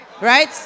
right